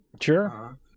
Sure